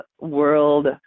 world